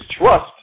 trust